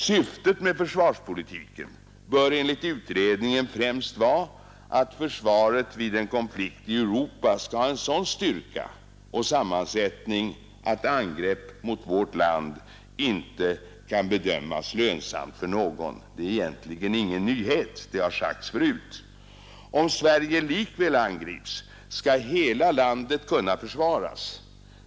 Syftet med försvarspolitiken bör enligt utredningen främst vara att försvaret vid en konflikt i Europa skall ha en sådan styrka och sammansättning att ett angrepp mot vårt land inte kan bedömas som lönsamt för någon. Det är egentligen ingen nyhet, det har sagts förut. Om Sverige likväl angrips skall hela landet kunna försvaras.